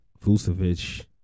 Vucevic